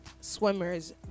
swimmers